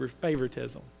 favoritism